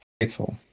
faithful